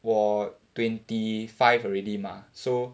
我 twenty five already mah so